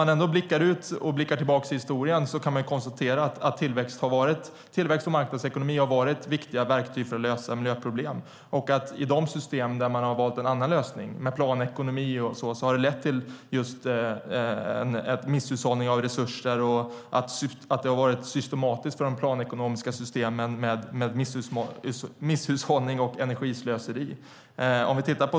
Men blickar man ut och tillbaka i historien kan man konstatera att tillväxt och marknadsekonomi har varit viktiga verktyg för att lösa miljöproblem. I de system där man har valt en annan lösning, till exempel i planekonomi, har det lett till misshushållning av resurser och energislöseri.